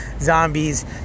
zombies